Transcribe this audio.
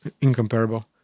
incomparable